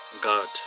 God